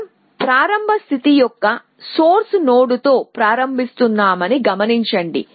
మనం ప్రారంభ స్థితి యొక్క సోర్స్ నోడ్తో ప్రారంభిస్తున్నామని గమనించండి